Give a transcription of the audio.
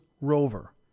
rover